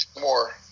more